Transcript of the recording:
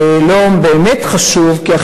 אדוני היושב-ראש,